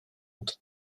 und